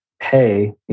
pay